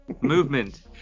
movement